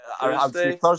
Thursday